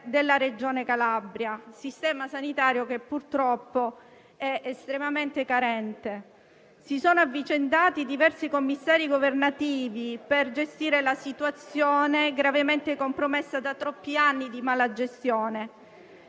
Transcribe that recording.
della Regione Calabria; sistema sanitario che purtroppo è estremamente carente. Si sono avvicendati diversi commissari governativi per gestire la situazione, gravemente compromessa da troppi anni di malagestione.